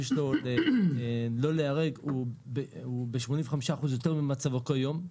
שלו לא להיהרג הוא ב-85% יותר ממצבו כיום,